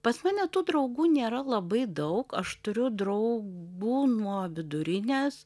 pas mane tų draugų nėra labai daug aš turiu draugų nuo vidurinės